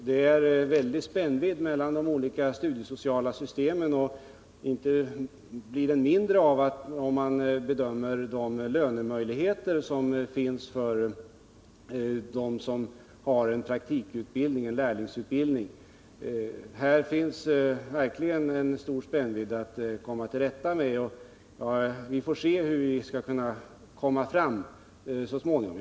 Det är en väldig spännvidd mellan de olika studiesociala systemen, och den blir inte mindre av att man också bör ta hänsyn till de lönemöjligheter som finns för dem som har en praktikutbildning eller en lärlingsutbildning. Denna stora spännvidd måste vi komma till rätta med, och vi får se hur vi skall kunna lösa det så småningom.